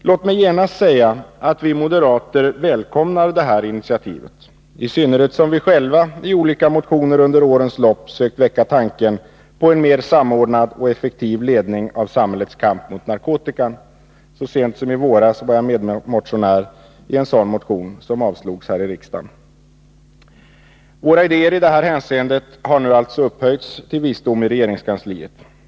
Låt mig genast säga att vi moderater välkomnar det här initiativet, i synnerhet som vi själva i olika motioner under årens lopp sökt väcka tanken på en mer samordnad och effektiv ledning av samhällets kamp mot narkotika. Så sent som i våras var jag med på en motion i detta ärende, som avslogs här i riksdagen. Våra idéer i detta hänseende har nu alltså upphöjts till visdom i regeringskansliet.